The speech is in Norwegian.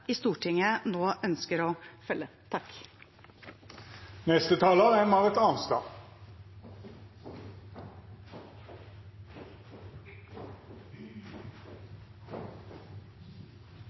i Stortinget nå ønsker å følge.